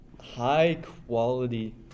high-quality